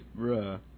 bruh